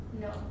No